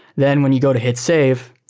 then when you go to hit save,